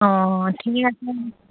অঁ ঠিক আছে